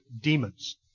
demons